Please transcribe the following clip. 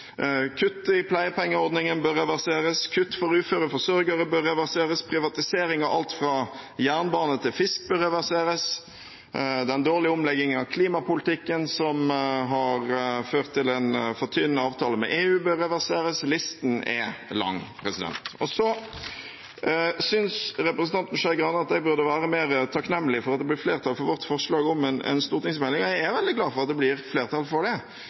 kutt i pleiepengeordningen bør reverseres, kutt for uføre forsørgere bør reverseres, privatisering av alt fra jernbane til fisk bør reverseres, den dårlige omleggingen av klimapolitikken, som har ført til en for tynn avtale med EU, bør reverseres. Listen er lang. Representanten Skei Grande synes at jeg burde være mer takknemlig for at det blir flertall for vårt forslag om en stortingsmelding. Jeg er veldig glad for at det blir flertall for det.